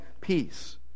peace